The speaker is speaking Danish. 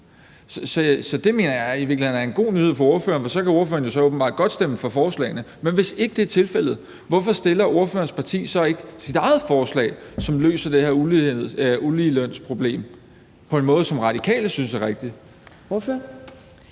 virkeligheden er en god nyhed for ordføreren, for så kan ordføreren jo åbenbart godt stemme for forslagene. Men hvis ikke det er tilfældet, hvorfor stiller ordførerens parti så ikke sit eget forslag, som løser det her uligelønsproblem på en måde, som Radikale synes er rigtig?